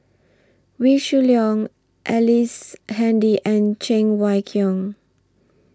Wee Shoo Leong Ellice Handy and Cheng Wai Keung